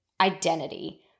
identity